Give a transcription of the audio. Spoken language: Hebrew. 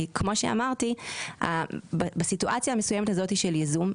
כי בסיטואציה המסוימת הזאת של ייזום,